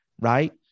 right